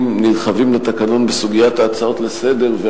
נרחבים בתקנון בסוגיית ההצעות לסדר-היום,